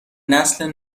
نسل